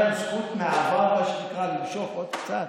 אין להם זכות מהעבר למשוך עוד קצת?